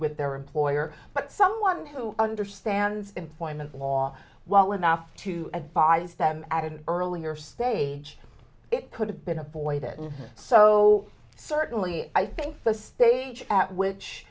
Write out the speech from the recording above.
with their employer but someone who understands employment law well enough to advise them at an earlier stage it could have been avoided and so certainly i think the stage at which